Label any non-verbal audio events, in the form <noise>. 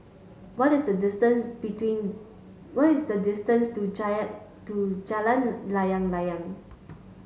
what is the distance between what is the distance to <unintelligible> to Jalan Layang Layang